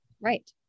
Right